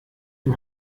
dem